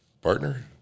Partner